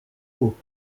aux